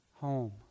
home